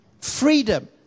Freedom